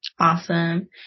Awesome